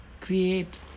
create